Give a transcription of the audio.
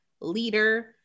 leader